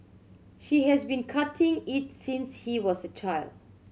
she has been cutting it since he was a child